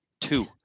Two